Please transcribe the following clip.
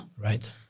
Right